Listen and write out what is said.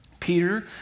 Peter